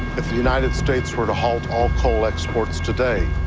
if the united states were to halt all coal exports today,